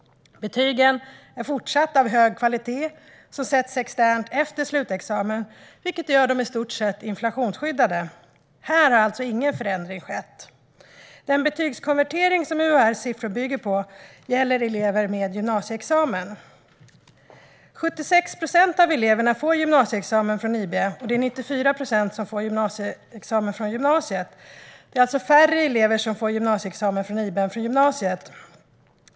Betygen är fortsatt av hög kvalitet och sätts externt efter slutexamen, vilket gör dem i stort sett inflationsskyddade. Här har alltså ingen förändring skett. Den betygskonvertering som UHR:s siffror bygger på gäller elever med gymnasieexamen. 76 procent av eleverna på IB får gymnasieexamen medan 94 procent på gymnasiet får gymnasieexamen. Det är alltså färre elever som får gymnasieexamen på IB än på gymnasiet.